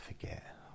forget